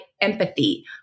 empathy